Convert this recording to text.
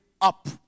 up